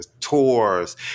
tours